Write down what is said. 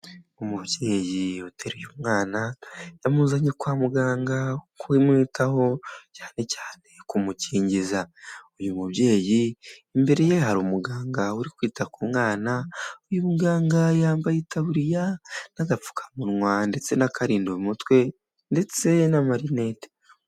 Umubyeyi ateruye umwana, yamuzanye kwa muganga kumwitaho cyane cyane kumukingiza, uyu mubyeyi imbere ye hari umuganga uri kwita ku mwana, uyu muganga yambaye itaburiya n'agapfukamunwa ndetse n'akarinda umutwe ndetse na marinete.